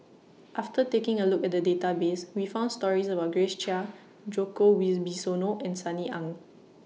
after taking A Look At The Database We found stories about Grace Chia Djoko Wibisono and Sunny Ang